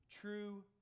true